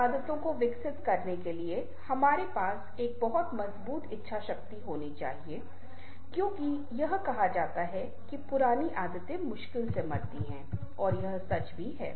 कुछ आदतों को विकसित करने के लिए हमारे पास एक बहुत मजबूत इच्छा शक्ति होनी चाहिए क्योंकि यह कहा जाता है कि पुरानी आदतें मुश्किल से मरती हैं यही सच है